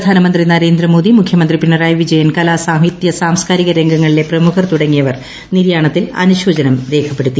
പ്രധാനമന്ത്രി നരേന്ദ്രമോദി മുഖ്യമന്ത്രി പിണറായി വിജയൻ കലാ സാഹിത്യ സാംസ്കാരിക രംഗങ്ങളിലെ പ്രമുഖർ തുടങ്ങിയവർ നിര്യാണത്തിൽ അനുശോചനം രേഖപ്പെടുത്തി